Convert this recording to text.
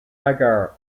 agar